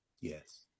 Yes